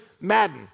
Madden